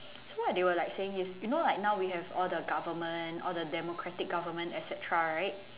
so what they like saying is you know now we have all the government all the democratic government etcetera right